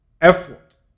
effort